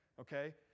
okay